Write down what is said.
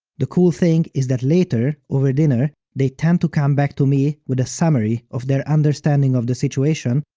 the cool thing is that later, over dinner, they tend to come back to me with a summary of their understanding of the situation,